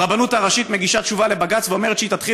הרבנות הראשית מגישה תשובה לבג"ץ ואומרת שהיא תתחיל